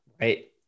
Right